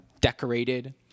decorated